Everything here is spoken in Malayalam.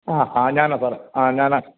ആ ആ ഞാനാ സാറേ ആ ഞാനാണ്